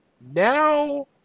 Now